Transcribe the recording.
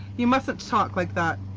you mustn't talk like that.